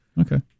Okay